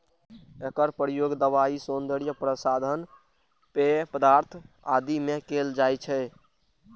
एकर प्रयोग दवाइ, सौंदर्य प्रसाधन, पेय पदार्थ आदि मे कैल जाइ छै